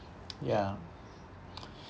ya